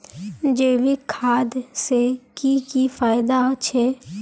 जैविक खाद से की की फायदा छे?